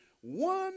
one